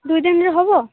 ଦୁଇ ଦିନରେ ହେବ